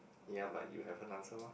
yea but you haven't answer mah